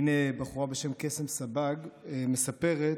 הינה בחורה בשם קסם סבג מספרת,